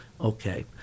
Okay